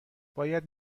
باید